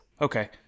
okay